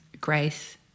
Grace